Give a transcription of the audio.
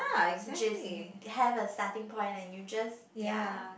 which is you have a starting point and you just ya